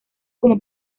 como